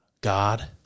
God